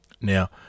Now